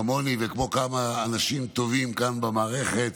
כמוני וכמו כמה אנשים טובים כאן במערכת,